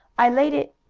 i laid it